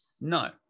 No